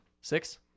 Six